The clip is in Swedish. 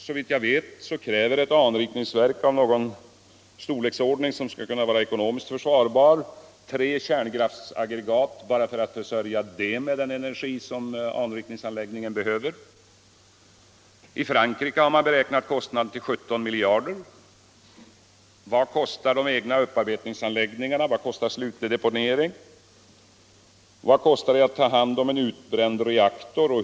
Såvitt jag vet kräver ett anrikningsverk av någon storleksordning, som skall kunna vara ekonomiskt försvarbart, tre kärnkraftsaggregat bara för försörjningen med den energi som krävs för anrikningsanläggningens behov. I Frankrike har man beräknat kostnaden till 17 miljarder. Vad kostar de egna upparbetningsanläggningarna? Vad kostar slutlig deponering och vad kostar det att ta hand om en utbränd reaktor?